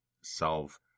solve